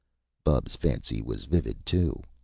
bubs' fancy was vivid, too.